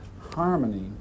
harmony